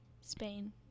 Spain